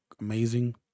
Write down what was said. amazing